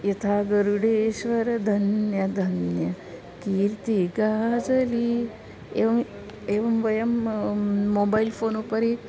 यथा गरुडेश्वर धन्य धन्य कीर्ति गाजलि एवम् एवं वयं मोबैल् फ़ोन् उपरि